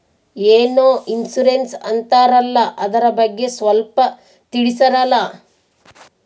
ಏನೋ ಇನ್ಸೂರೆನ್ಸ್ ಅಂತಾರಲ್ಲ, ಅದರ ಬಗ್ಗೆ ಸ್ವಲ್ಪ ತಿಳಿಸರಲಾ?